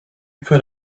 could